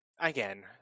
Again